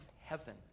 heaven